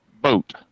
boat